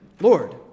Lord